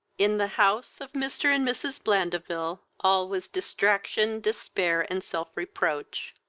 in the house of mr. and mrs. blandeville all was distraction, despair, and self-reproach.